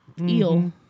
eel